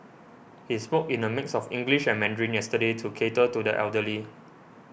he spoke in a mix of English and Mandarin yesterday to cater to the elderly